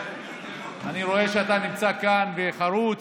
אני רואה שאתה נמצא כאן וחרוץ.